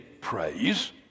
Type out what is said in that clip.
praise